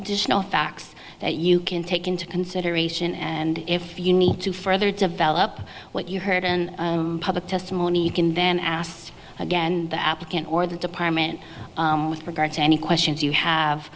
additional facts that you can take into consideration and if you need to further develop what you heard and public testimony can then ask again the applicant or the department with regard to any questions you have